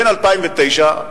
בין 2009,